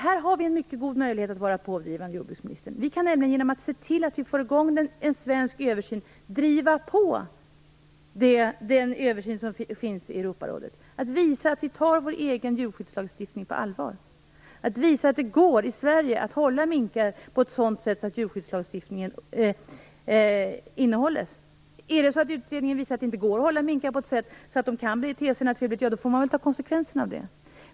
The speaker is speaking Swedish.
Vi har här en mycket god möjlighet att vara pådrivande, jordbruksministern. Vi kan nämligen genom att få i gång en svensk översyn driva på den översyn som pågår inom Europarådet. Vi kan visa att vi tar vår egen djurskyddslagstiftning på allvar och klargöra om det i Sverige går att hålla minkar på ett sådant sätt att djurskyddslagstiftningen följs. Om utredningen visar att det inte går att hålla minkar på ett sådant sätt att de kan bete sig naturligt, får man väl ta konsekvenserna av det.